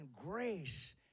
grace